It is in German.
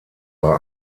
war